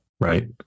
right